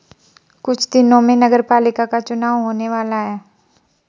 कुछ दिनों में नगरपालिका का चुनाव होने वाला है